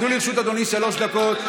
עמדו לרשות אדוני שלוש דקות.